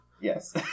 yes